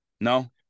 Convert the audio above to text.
No